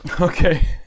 Okay